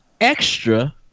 extra